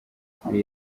kuri